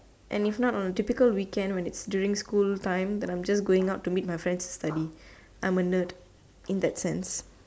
and if not on typical weekend when it's during school time then I'm just going out to meet my friends study I'm a nerd in that sense